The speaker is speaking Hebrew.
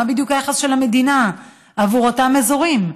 מה בדיוק היחס של המדינה עבור אותם אזורים?